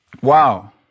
wow